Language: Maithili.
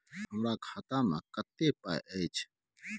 हमरा खाता में कत्ते पाई अएछ?